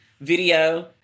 video